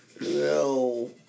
No